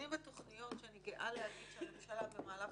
כלים ותוכניות שאני גאה להגיד שהממשלה במהלך